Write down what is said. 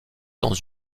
dans